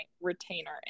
retainer